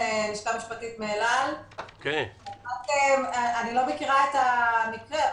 אני לא מכירה את המקרה.